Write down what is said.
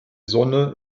sonne